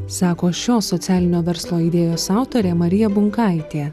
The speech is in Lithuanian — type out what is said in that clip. sako šio socialinio verslo idėjos autorė marija bunkaitė